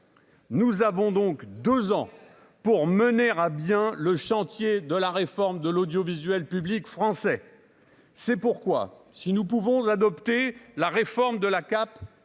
Nous avons donc 2 ans pour mener à bien le chantier de la réforme de l'audiovisuel public français c'est pourquoi si nous pouvons adopter la réforme de la Cap